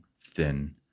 thin